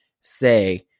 say